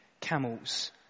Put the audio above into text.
camels